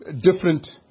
different